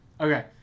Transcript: Okay